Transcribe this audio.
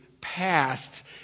passed